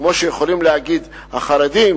כמו שיכולים להגיד שהחרדים